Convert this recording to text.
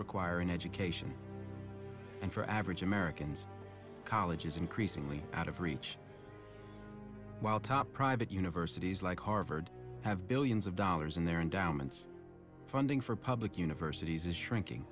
require an education and for average americans college is increasingly out of reach while top private universities like harvard have billions of dollars in their endowments funding for public universities is shrinking